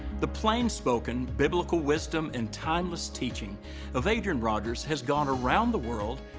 the plain-spoken biblical wisdom and timeless teaching of adrian rogers has gone around the world,